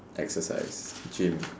exercise gym